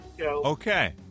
Okay